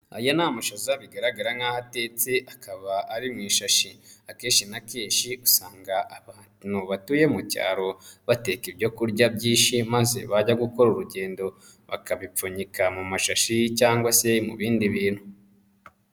Aya ni amashaza bigaragara nk'aho atetse akaba ari mu ishashi, akenshi na kenshi usanga abantu batuye mu cyaro bateka ibyo kurya byinshi maze bajya gukora urugendo bakabipfunyika mu mashashi cyangwa se mu bindi bintu.